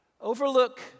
Overlook